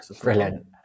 Brilliant